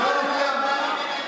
זה לא מפריע לך?